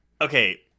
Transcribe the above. Okay